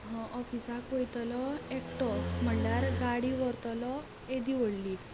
ऑफिसाक वयतलो एकटो म्हणल्यार गाडी व्हरतलो येदी व्हडली